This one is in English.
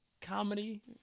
comedy